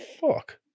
fuck